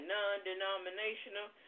Non-Denominational